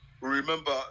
remember